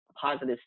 positive